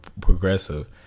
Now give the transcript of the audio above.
progressive